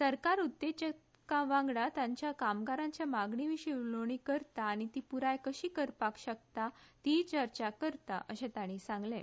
सरकार उद्देजकां वांगडा तांच्या कामगारांच्या मागणी विशीं उलोवणी करता आनी ती पूराय कशी करपाक शकता तिवूय चर्चा करता अशें तांणी सांगलें